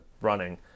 running